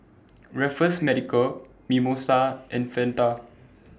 Raffles Medical Mimosa and Fanta